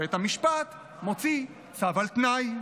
בית המשפט מוציא צו על תנאי.